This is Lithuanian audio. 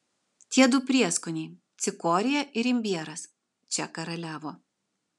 tie du prieskoniai cikorija ir imbieras čia karaliavo